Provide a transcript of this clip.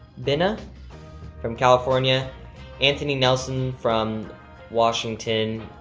binna from california anthony nelson from washington,